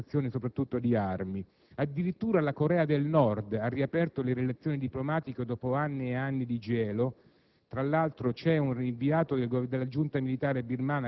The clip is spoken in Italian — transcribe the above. facendo altrettanto, però cercando di agevolare l'esportazione, soprattutto di armi. Addirittura la Corea del Nord ha riaperto le relazioni diplomatiche dopo anni e anni di gelo.